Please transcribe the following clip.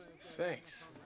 Thanks